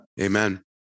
Amen